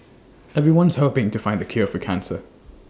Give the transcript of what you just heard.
everyone's hoping to find the cure for cancer